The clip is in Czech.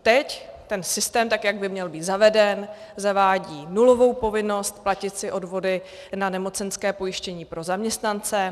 Teď ten systém, tak jak by měl být zaveden, zavádí nulovou povinnost platit si odvody na nemocenské pojištění pro zaměstnance.